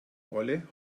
olle